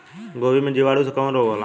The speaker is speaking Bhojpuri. गोभी में जीवाणु से कवन रोग होला?